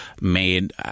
made